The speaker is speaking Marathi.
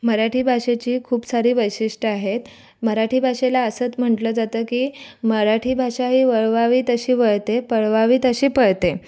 मराठी भाषेची खूप सारी वैशिष्ट्यं आहेत मराठी भाषेला हसत म्हटलं जात की मराठी भाषा ही वळवावी तशी वळते पळवावी तशी पळते